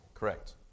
Correct